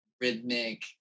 rhythmic